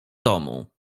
domu